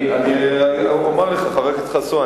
אני אומר לך, חבר הכנסת חסון.